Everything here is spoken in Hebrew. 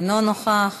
אינו נוכח,